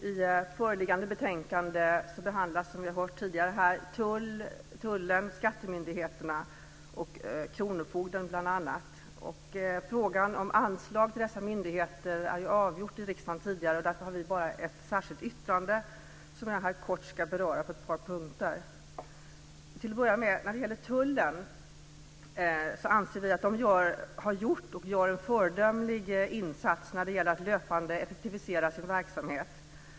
Herr talman! I det föreliggande betänkandet behandlas Tullverket, skatteförvaltningen och kronofogdemyndigheten. Frågan om anslag till dessa myndigheter avgjordes tidigare i riksdagen. Därför har vi avgett ett särskilt yttrande som jag här kort ska beröra på ett par punkter. Vi anser till att börja med att tullen har gjort och gör en föredömlig insats för att löpande effektivisera sin verksamhet.